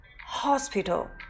hospital